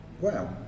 Wow